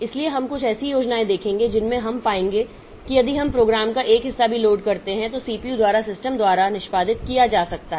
इसलिए हम कुछ ऐसी योजनाएँ देखेंगे जिनमें हम पाएंगे कि यदि हम प्रोग्राम का एक हिस्सा भी लोड करते हैं तो इसे CPU द्वारा सिस्टम द्वारा निष्पादित किया जा सकता है